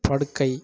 படுக்கை